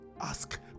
ask